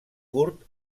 curt